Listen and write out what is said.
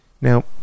Now